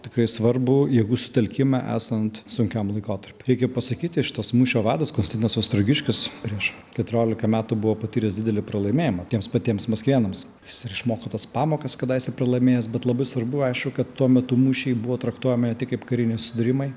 tikrai svarbų jėgų sutelkimą esant sunkiam laikotarpiui reikia pasakyti šitas mūšio vadas konstantinas ostrogiškis prieš keturiolika metų buvo patyręs didelį pralaimėjimą tiems patiems maskvėnams jis ir išmoko tas pamokas kadaise pralaimėjęs bet labai svarbu aišku kad tuo metu mūšiai buvo traktuojami ne tik kaip kariniai susidūrimai